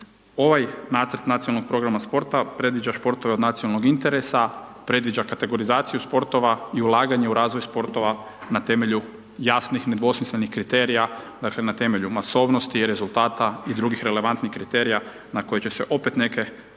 ovaj nacrt nacionalnog programa sporta, predviđa sportove od nacionalnog interesa, predviđa kategorizaciju sportova i ulaganje u razvoj sportova, na temelju jasnih, nedvosmislenih kriterija dakle, na temelju masovnosti i rezultata i drugih relevantnih kriterija na koje će se opet neke druge